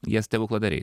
jie stebukladariai